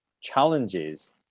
challenges